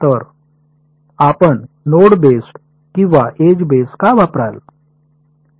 तर आपण node based किंवा एज बेस्ड का वापराल